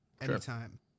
anytime